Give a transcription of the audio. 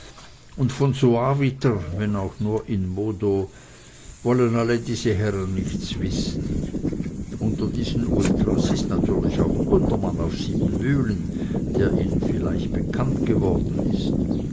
und von suaviter wenn auch nur in modo wollen alle diese herren nichts wissen unter diesen ultras ist natürlich auch gundermann auf siebenmühlen der ihnen vielleicht bekannt geworden ist